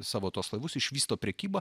savo tuos laivus išvysto prekybą